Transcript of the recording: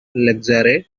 lekrjahre